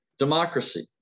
democracy